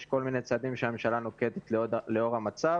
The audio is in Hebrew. יש כל מיני צעדים שהממשלה נוקטת לאור המצב